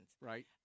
Right